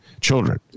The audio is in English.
children